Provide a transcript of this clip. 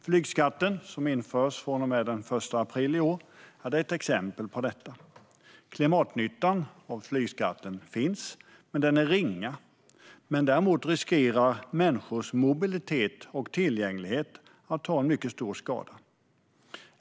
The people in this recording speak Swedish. Flygskatten som införs från och med den 1 april i år är ett exempel på detta. Klimatnyttan av flygskatten finns, men den är ringa. Däremot riskerar människors mobilitet och tillgänglighet att ta en mycket stor skada.